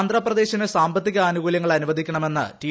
ആന്ധ്രാപ്രദേശിന് സാമ്പത്തിക ആനുകൂല്യങ്ങൾ അനുവദിക്കണമെന്ന് റ്റി